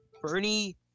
Bernie